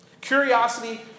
Curiosity